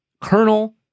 Colonel